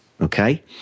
Okay